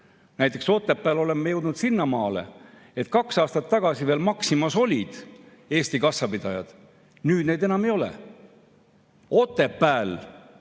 Näiteks Otepääl oleme jõudnud sinnamaale, et kaks aastat tagasi olid veel Maximas eesti kassapidajad, nüüd neid enam ei ole. Otepääl